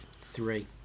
Three